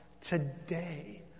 today